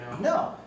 No